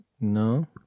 No